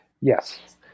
Yes